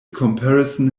comparison